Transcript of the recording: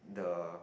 the